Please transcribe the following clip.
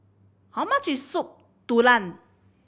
how much is Soup Tulang